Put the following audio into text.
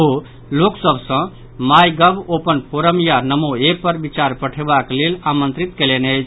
ओ लोक सभ सॅ माई गॉव ओपन फोरम या नमोऐप पर विचार पठेबाक लेल आमंत्रित कयलनि अछि